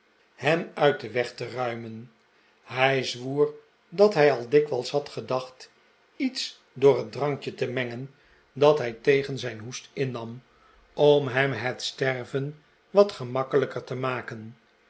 hem uit den weg te ruimen hij zwoer dat hij al dikwijls had gedacht iets door het drankje te mengen dat hij tegen zijn hoest innam om hem het sterven wat gemakkelijker te maken